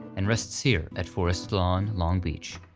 and rests here at forest lawn long beach.